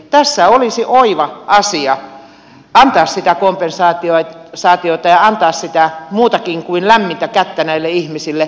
tässä olisi oiva asia antaa sitä kompensaatiota ja antaa muutakin kuin lämmintä kättä näille ihmisille